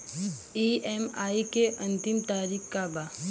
EMI के अंतिम तारीख का बा?